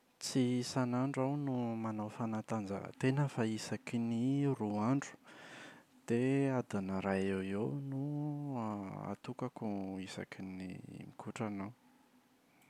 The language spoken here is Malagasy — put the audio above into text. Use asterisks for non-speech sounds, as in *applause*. Tsy isan’andro aho no manao fanatanjahantena fa isaky ny *hesitation* roa andro dia adiny iray eoeo no atokako isaky ny mikotrana aho.